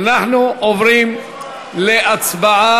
אנחנו עוברים להצבעה.